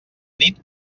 nit